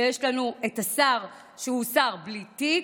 ויש לנו את השר שהוא שר בלי תיק,